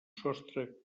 sostre